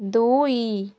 ଦୁଇ